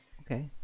Okay